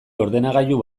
ordenagailu